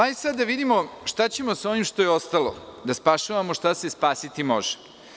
Hajde sada da vidimo šta ćemo sa ovim što je ostalo, da spašavamo šta se spasiti može.